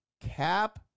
cap